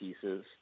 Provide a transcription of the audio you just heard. pieces